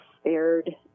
spared